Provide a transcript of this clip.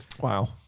Wow